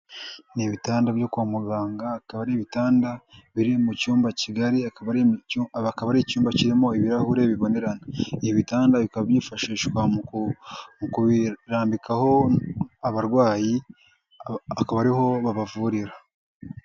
Ni ibitanda byo kwa muganga, akaba ari ibitanda biri mu cyumba kigari, akaba ari icyumba kirimo ibirahure bibonerana. Ibi bitanda bikaba byifashishwa mu kubirambikaho abarwayi, akaba ariho babavurira.